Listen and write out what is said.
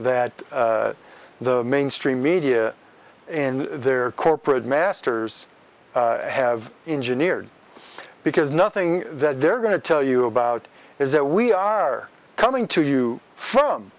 that the mainstream media in their corporate masters have engineered because nothing that they're going to tell you about is that we are coming to you from